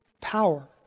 power